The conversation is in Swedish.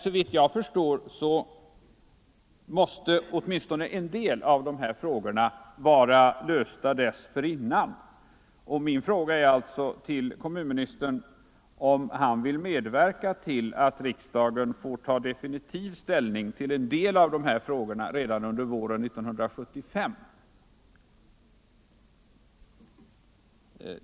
Såvitt jag förstår måste åtminstone en del av dessa frågor vara lösta dessförinnan. Min fråga till kommunministern är därför, om han vill medverka till att riksdagen får ta definitiv ställning till en del av dessa frågor redan under våren 1975.